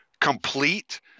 complete